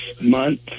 month